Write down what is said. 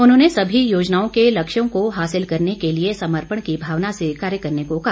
उन्होंने सभी योजनाओं के लक्ष्यों को हासिल करने के लिए समर्पण की भावना से कार्य करने को कहा